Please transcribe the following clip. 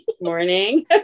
Morning